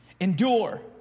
endure